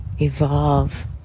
evolve